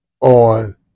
on